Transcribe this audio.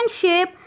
shape